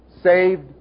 Saved